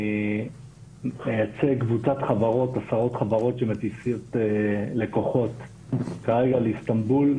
אני מייצג קבוצת חברות שמטיסות לקוחות לאיסטנבול,